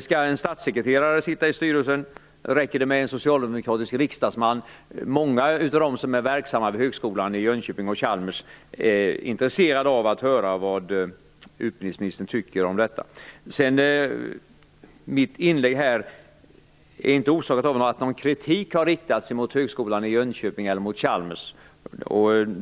Skall en statssekreterare sitta i styrelsen, eller räcker det med en socialdemokratisk riksdagsman? Många av dem som är verksamma vid Högskolan i Jönköping och på Chalmers är intresserade av att höra vad utbildningsministern tycker om detta. Mitt inlägg här är inte orsakat av att någon kritik har riktats mot Högskolan i Jönköping eller mot Chalmers.